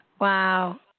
Wow